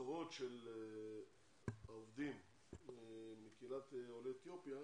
שהמשכורות של העובדים מקהילת עולי אתיופיה